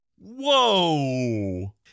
Whoa